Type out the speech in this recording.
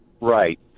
Right